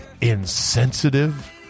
insensitive